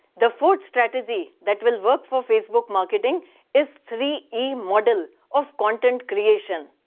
the fourth strategy that whill work for facebook marketing is three e model of content creation.